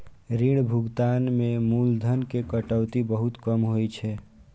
ऋण भुगतान मे मूलधन के कटौती बहुत कम होइ छै